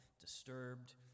disturbed